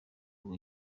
ubu